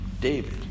David